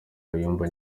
kayumba